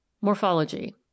Morphology